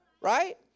Right